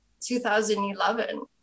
2011